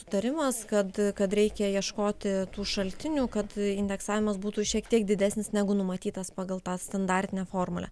sutarimas kad kad reikia ieškoti tų šaltinių kad indeksavimas būtų šiek tiek didesnis negu numatytas pagal tą standartinę formulę